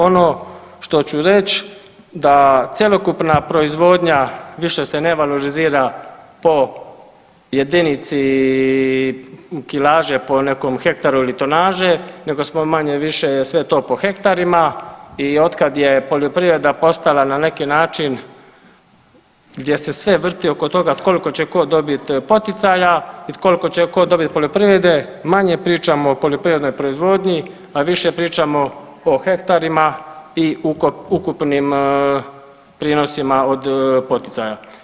Ono što ću reć da cjelokupna proizvodnja više se ne valorizira po jedinici kilaže po nekom hektaru ili tonaže nego smo manje-više sve to po hektarima i od kad je poljoprivreda postala na neki način gdje se sve vrti oko toga koliko će tko dobiti poticaja i koliko će tko dobiti poljoprivrede manje pričamo o poljoprivrednoj proizvodnji, a više pričamo o hektarima i ukupnim prinosima od poticaja.